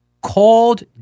called